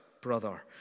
brother